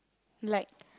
like